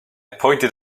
pointed